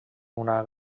una